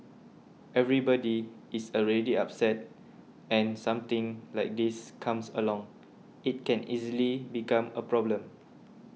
everybody is already upset and something like this comes along it can easily become a problem